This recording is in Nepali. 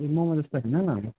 ए मोमो जस्तो होइन